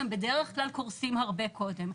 שהם בדרך כלל קורסים הרבה קודם.